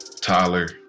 Tyler